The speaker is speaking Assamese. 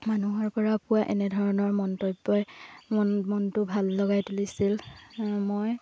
মানুহৰ পৰা পোৱা এনেধৰণৰ মন্তব্যই মন মনটো ভাল লগাই তুলিছিল মই